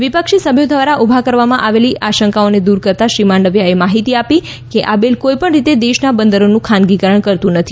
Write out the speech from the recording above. વિપક્ષી સભ્યો દ્વારા ઉભા કરવામાં આવેલી આશંકાઓને દૂર કરતાં શ્રી માંડવીયાએ માહિતી આપી કે આ બિલ કોઈપણ રીતે દેશના બંદરોનું ખાનગીકરણ કરતું નથી